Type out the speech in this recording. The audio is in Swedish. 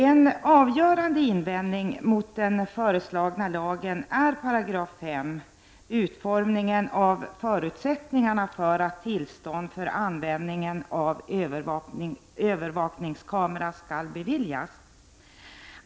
En avgörande invändning mot den föreslagna lagen är utformningen av 5§, som anger förutsättningarna för att tillstånd för användning av övervakningskamera skall beviljas.